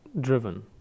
Driven